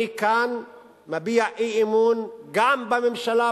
אני כאן מביע אי-אמון גם בממשלה,